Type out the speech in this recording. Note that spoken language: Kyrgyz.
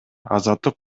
азаттык